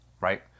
Right